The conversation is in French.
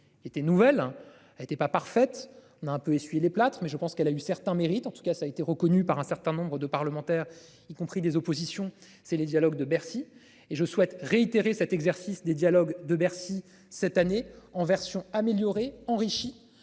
Était nouvelle, elle était pas parfaite. On a un peu essuie les plâtres mais je pense qu'elle a eu certains mérite en tout cas ça a été reconnue par un certain nombre de parlementaires y compris des oppositions c'est les dialogues de Bercy et je souhaite réitérer cet exercice des dialogues de Bercy cette année en version améliorée et enrichie